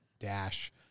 Dash